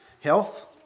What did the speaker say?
health